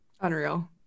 Unreal